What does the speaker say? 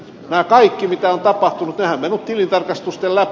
tämä kaikki mitä on tapahtunut on mennyt tilintarkastusten läpi